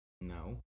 No